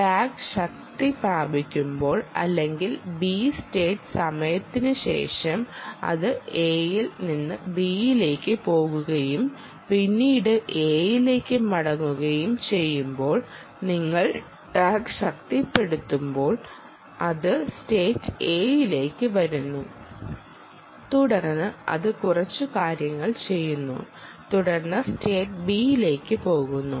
tag ശക്തി പ്രാപിക്കുമ്പോൾ അല്ലെങ്കിൽ B സ്റ്റേറ്റ് സമയത്തിന് ശേഷം അത് Aയിൽ നിന്ന് Bയിലേക്ക് പോകുകയും പിന്നീട് Aയിലേക്ക് മടങ്ങുകയും ചെയ്യുമ്പോൾ നിങ്ങൾ ടാഗ് ശക്തിപ്പെടുത്തുമ്പോൾ അത് സ്റ്റേറ്റ് Aയിലേക്ക് വരുന്നു തുടർന്ന് അത് കുറച്ച് കാര്യങ്ങൾ ചെയ്യുന്നു തുടർന്ന് സ്റ്റേറ്റ് Bയിലേക്ക് പോകുന്നു